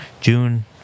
June